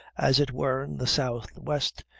as it were, in the southwest,